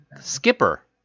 Skipper